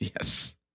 Yes